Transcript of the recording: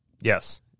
Yes